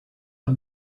are